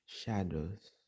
shadows